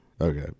okay